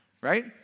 right